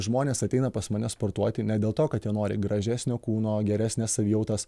žmonės ateina pas mane sportuoti ne dėl to kad jie nori gražesnio kūno geresnės savijautos